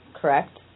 Correct